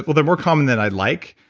well, they're more common than i'd like,